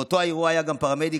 באותו האירוע היה גם פרמדיק,